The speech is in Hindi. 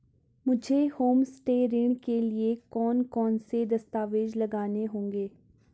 मुझे होमस्टे ऋण के लिए कौन कौनसे दस्तावेज़ लगाने होंगे?